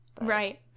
Right